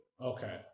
Okay